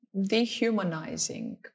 dehumanizing